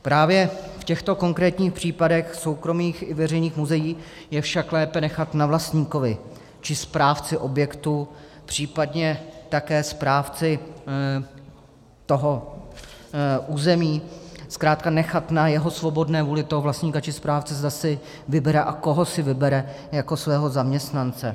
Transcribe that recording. Právě v těchto konkrétních případech v soukromých i veřejných muzeích je však lépe nechat na vlastníkovi či správci objektu, případně také správci toho území, zkrátka nechat na svobodné vůli vlastníka či správce, zda si vybere a koho si vybere jako svého zaměstnance.